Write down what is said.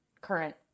current